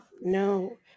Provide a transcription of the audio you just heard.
No